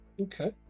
Okay